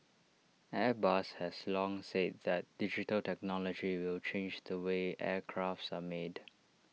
airbus has long said that digital technology will change the way aircrafts are made